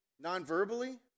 non-verbally